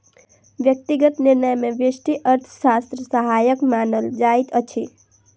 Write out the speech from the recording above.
व्यक्तिगत निर्णय मे व्यष्टि अर्थशास्त्र सहायक मानल जाइत अछि